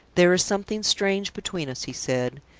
there is something strange between us, he said.